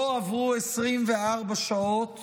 לא עברו 24 שעות